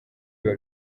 biba